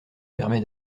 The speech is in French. permet